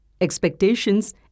expectations